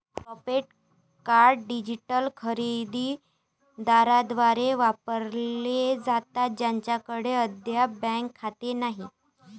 prepaid card digital खरेदी दारांद्वारे वापरले जातात ज्यांच्याकडे अद्याप बँक खाते नाही